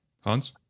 Hans